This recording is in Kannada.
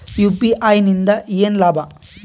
ಯು.ಪಿ.ಐ ಇಂದ ಏನ್ ಲಾಭ?